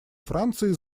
франции